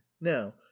now